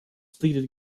pleaded